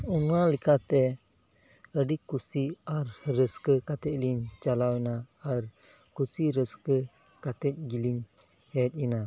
ᱚᱱᱟ ᱞᱮᱠᱟᱛᱮ ᱟᱹᱰᱤ ᱠᱩᱥᱤ ᱟᱨ ᱨᱟᱹᱥᱠᱟᱹ ᱠᱟᱛᱮᱫ ᱞᱤᱧ ᱪᱟᱞᱟᱣᱮᱱᱟ ᱟᱨ ᱠᱩᱥᱤ ᱨᱟᱹᱥᱠᱟᱹ ᱠᱟᱛᱮᱫ ᱜᱮᱞᱤᱧ ᱦᱮᱡᱱᱟ